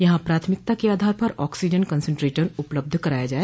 यहां प्राथमिकता के आधार पर ऑक्सीजन कंसंट्रेटर उपलब्ध कराये जाए